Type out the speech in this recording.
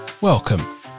Welcome